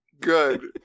Good